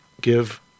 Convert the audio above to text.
give